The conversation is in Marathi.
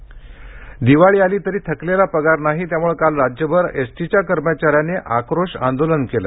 एस टी आक्रोश दिवाळी आली तरी थकलेला पगार नाही त्यामुळे काल राज्यभर एसटीच्या कर्मचाऱ्यांनी आक्रोश आंदोलन केले